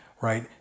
right